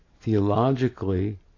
theologically